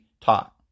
taught